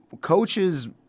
coaches